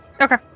Okay